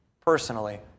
personally